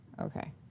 Okay